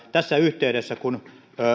tässä yhteydessä kun